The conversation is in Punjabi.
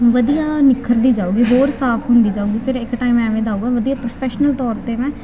ਵਧੀਆ ਨਿੱਖਰਦੀ ਜਾਊਗੀ ਹੋਰ ਸਾਫ ਹੁੰਦੀ ਜਾਊਗੀ ਫਿਰ ਇੱਕ ਟਾਈਮ ਐਵੇਂ ਦਾ ਆਊਗਾ ਵਧੀਆ ਪ੍ਰੋਫੈਸ਼ਨਲ ਤੌਰ 'ਤੇ ਮੈਂ